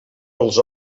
dels